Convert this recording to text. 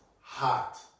Hot